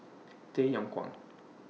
Tay Yong Kwang